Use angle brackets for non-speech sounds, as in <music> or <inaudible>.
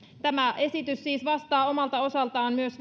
tämä esitys siis vastaa omalta osaltaan myös <unintelligible>